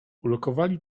ulokowali